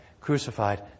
crucified